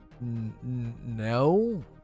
no